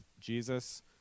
Jesus